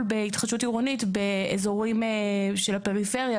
בהתחדשות עירונית באזורים של הפריפריה,